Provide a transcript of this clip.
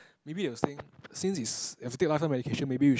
maybe they will think since it's if take lifetime medication maybe we should